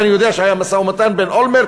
ואני יודע שהיה משא-ומתן בין אולמרט